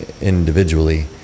individually